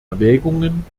erwägungen